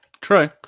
true